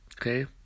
Okay